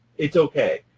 it's okay.